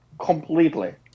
completely